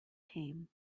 came